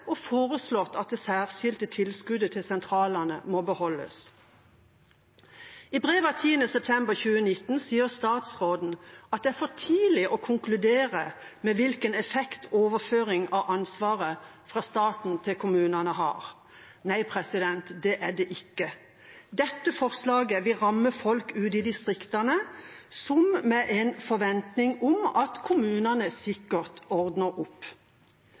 og foreslått at det særskilte tilskuddet til sentralene må beholdes. I et brev at 10. september 2019 sier statsråden at det er for tidlig å konkludere med hvilken effekt overføringen av ansvaret fra staten til kommunene har. – Nei, det er det ikke. Dette forslaget vil ramme folk ute i distriktene som har en forventning om at kommunene sikkert ordner opp.